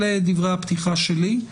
אלה דברי הפתיחה שלי.